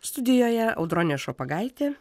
studijoje audronė šopagaitė